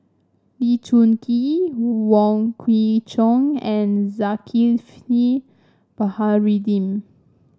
Lee Choon Kee Wong Kwei Cheong and Zulkifli Baharudin